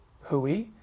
Hui